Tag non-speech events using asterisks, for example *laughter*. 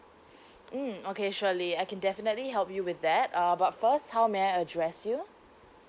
*breath* mm okay surely I can definitely help you with that uh but first how may I address you